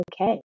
okay